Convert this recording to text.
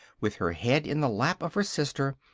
with her head in the lap of her sister,